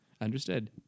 Understood